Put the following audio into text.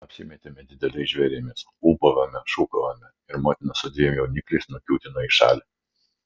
apsimetėme dideliais žvėrimis ūbavome šūkavome ir motina su dviem jaunikliais nukiūtino į šalį